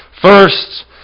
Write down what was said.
First